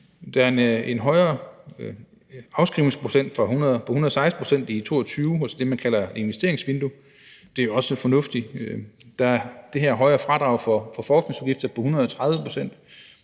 Der er en højere afskrivningsprocent på 116 i 2022 i det, man kalder et investeringsvindue. Det er også fornuftigt. Der er det her højere fradrag for forskningsudgifter på 130 pct.